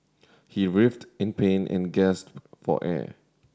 he writhed in pain and gasped for air